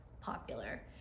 popular